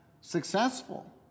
successful